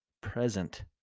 present